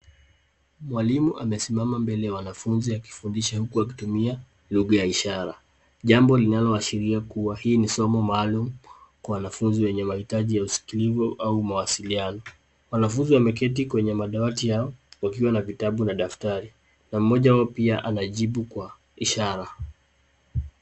Mwalimu amesimama mbele ya wanafunzi akifundisha huku akitumia lugha ya ishara. Jambo linaloashiria kuwa hii ni somo maalum kwa wanafunzi wenye mahitaji ya usikilivu au mawasiliano. Wanafunzi wameketi kwenye madawati yao wakiwa na vitabu na daftari. Na mmoja wao pia anajibu kwa ishara.